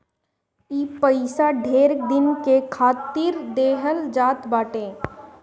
ई पइसा ढेर दिन के खातिर देहल जात बाटे